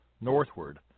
northward